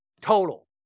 total